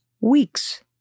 weeks